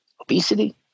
obesity